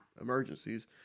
emergencies